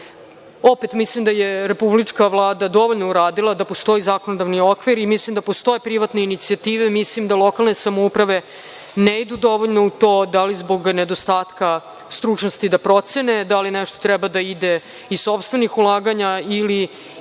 opet mislim da je republička Vlada dovoljno uradila da postoji zakonodavni okvir i mislim da postoje privatne inicijative, mislim da lokalne samouprave ne idu dovoljno u to da li zbog nedostatka stručnosti da procene da li nešto treba da ide iz sopstvenih ulaganja ili